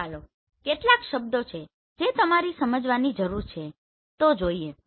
તો ચાલો કેટલાક શબ્દો છે જે તમારે સમજવાની જરૂર છે તે જોઈએ